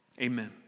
Amen